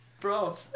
Bro